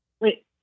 Wait